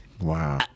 Wow